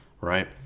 right